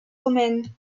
romaine